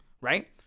right